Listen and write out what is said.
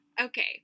okay